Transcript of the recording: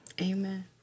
Amen